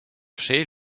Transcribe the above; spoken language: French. chez